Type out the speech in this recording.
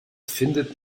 findet